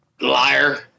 liar